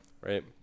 right